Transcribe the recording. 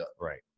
Right